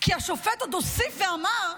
כי השופט עוד הוסיף ואמר,